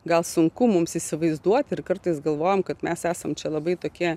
gal sunku mums įsivaizduot ir kartais galvojam kad mes esam čia labai tokie